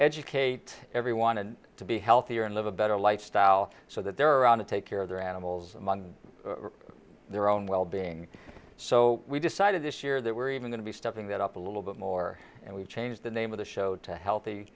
educate everyone and to be healthier and live a better lifestyle so that they're around to take care of their animals among their own well being so we decided this year that we're even going to be stepping that up a little bit more and we've changed the name of the show to healthy